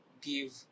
give